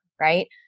Right